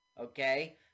Okay